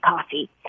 coffee